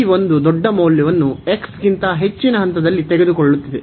g ಒಂದು ದೊಡ್ಡ ಮೌಲ್ಯವನ್ನು x ಗಿಂತ ಹೆಚ್ಚಿನ ಹಂತದಲ್ಲಿ ತೆಗೆದುಕೊಳ್ಳುತ್ತಿದೆ